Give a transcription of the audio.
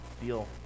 feel